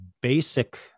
basic